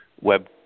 web